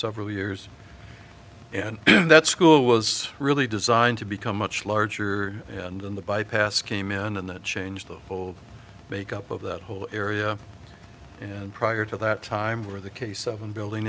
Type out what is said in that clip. several years and that school was really designed to become much larger and the bypass came in and that changed the full make up of that whole area and prior to that time where the k seven building